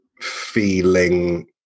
feeling